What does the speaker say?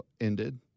ended